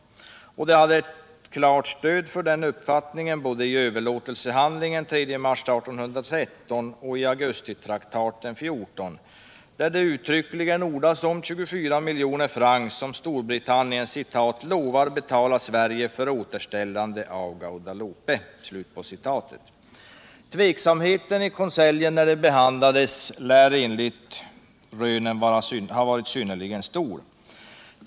De hade klart stöd för denna uppfattning både i överlåtelsehandlingen av den 3 mars 1813 och i augustitraktaten 1814, där det uttryckligen ordas om 24 miljoner franc som Storbritannien ”lovar betala Sverige för återställande av Guadeloupe”. Tveksamheten i konseljen, när ärendet behandlades, lär ha varit synnerligen stor.